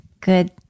good